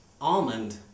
almond